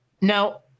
Now